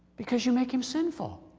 because you make him sinful.